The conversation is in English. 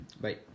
Bye